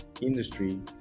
industry